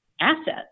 asset